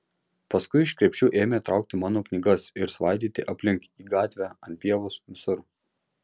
paskui iš krepšių ėmė traukti mano knygas ir svaidyti aplink į gatvę ant pievos visur